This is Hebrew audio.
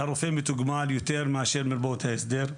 הרופא מתוגמל יותר מאשר מרפאות ההסדר.